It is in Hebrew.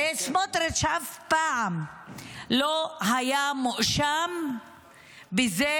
הרי סמוטריץ' אף פעם לא היה מואשם בזה